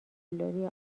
قلدری